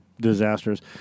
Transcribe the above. disasters